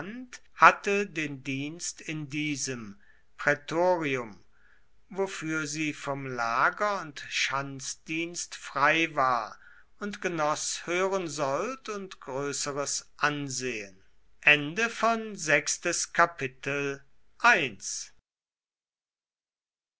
hatte den dienst in diesem praetorium wofür sie vom lager und schanzdienst frei war und genoß höheren sold und größeres ansehen